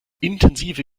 intensive